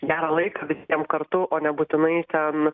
gerą laiką visiem kartu o ne būtinai ten